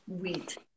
wheat